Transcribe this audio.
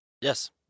Yes